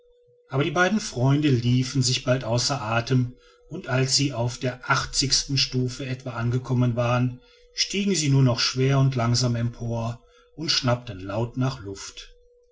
aber die beiden freunde liefen sich bald außer athem und als sie auf der achtzigsten stufe etwa angekommen waren stiegen sie nur noch schwer und langsam empor und schnappten laut nach luft